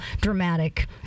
dramatic